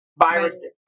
viruses